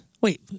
Wait